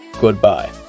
Goodbye